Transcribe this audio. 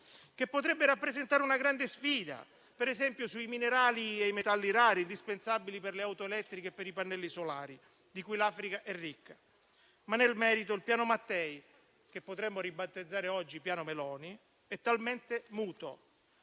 e potrebbe rappresentare una grande sfida, per esempio sui minerali e i metalli rari, che sono indispensabili per le auto elettriche e per i pannelli solari, e di cui l'Africa è ricca. Nel merito però il Piano Mattei - oggi lo potremmo ribattezzare PianoMeloni - è totalmente muto,